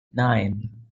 nine